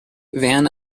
van